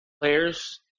players